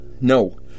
No